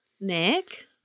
Nick